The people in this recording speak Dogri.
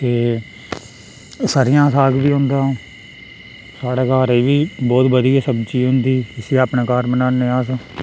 एह् सरेआं दा साग बी होंदा साढ़ै घर एह् बी बोह्त बधियां सब्ज़ी होंदी इसी अपने घर बनान्ने आं अस